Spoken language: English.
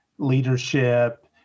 leadership